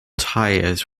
tyres